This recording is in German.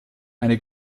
eine